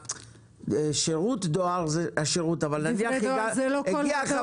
שירות הדואר זה השירות אבל ----- הוא